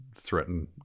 threaten